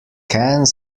cannes